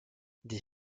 des